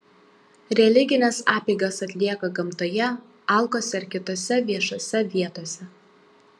religines apeigas atlieka gamtoje alkuose ar kitose viešose vietose